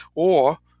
or,